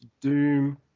Doom